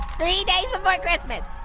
three days before christmas.